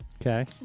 Okay